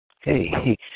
Hey